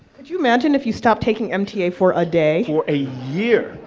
could you imagine if you stopped taking mta for a day? for a year!